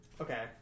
Okay